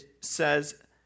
says